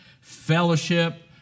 fellowship